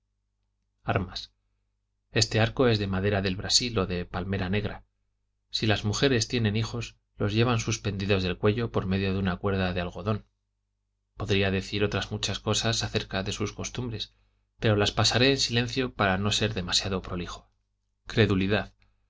armas este arco es de madera del brasil o de palmera negra si las mujeres tienen hijos los llevan suspendidos del cuello por medio de una cuerda de algodón podría decir otras muchas cosas acerca de sus costumbres pero las pasaré en silencio para no ser demasiado prolijo credulidad